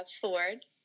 Ford